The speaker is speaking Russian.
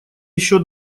еще